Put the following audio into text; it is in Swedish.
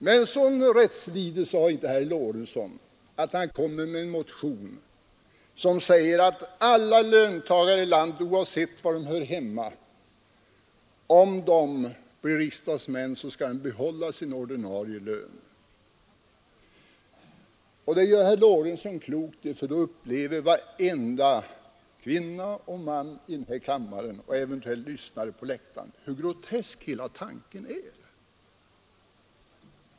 Men någon sådan rättslidelse har inte herr Lorentzon att han väcker en motion som kräver att alla löntagare i landet, oavsett var de hör hemma, skall ha rätt att behålla sin ordinarie lön om de blir riksdagsmän. Och det gör herr Lorentzon klokt i, för då skulle varenda kvinna och man i denna kammare uppleva hur grotesk hela tanken är.